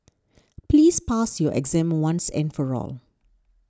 please pass your exam once and for all